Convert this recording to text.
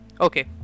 okay